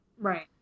right